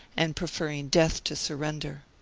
and preferring death to surrender.